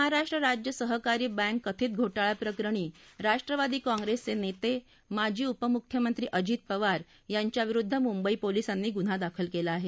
महाराष्ट्र राज्य सहकारी बँक कथित घोटाळाप्रकरणी राष्ट्रवादी काँग्रेसचे नेते माजी उपमुख्यमंत्री अजित पवार यांच्या विरुद्ध मुंबई पोलिसांनी गुन्हा दाखल केला आहे